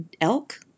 elk